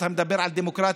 אתה מדבר על דמוקרטיה?